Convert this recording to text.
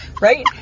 right